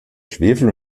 schwefel